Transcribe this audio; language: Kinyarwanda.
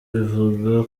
ivuga